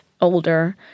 older